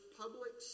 public